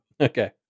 okay